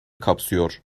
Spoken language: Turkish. kapsıyor